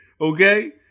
Okay